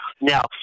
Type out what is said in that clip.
Now